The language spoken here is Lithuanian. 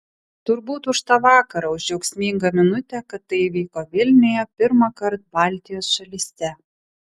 turbūt už tą vakarą už džiaugsmingą minutę kad tai įvyko vilniuje pirmąkart baltijos šalyse